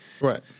Right